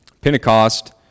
Pentecost